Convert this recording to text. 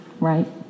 Right